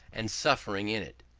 and suffering in it.